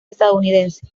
estadounidense